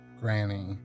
granny